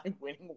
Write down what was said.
winning